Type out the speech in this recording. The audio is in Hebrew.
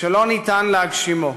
שלא ניתן להגשימו.